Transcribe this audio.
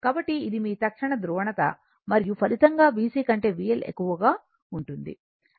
కాబట్టి ఇది మీ తక్షణ ధ్రువణత మరియు ఫలితంగా VC కంటే VL ఎక్కువగా ఉంటుంది